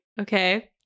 okay